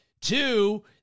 Two